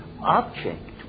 object